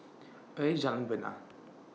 Where IS Jalan Bena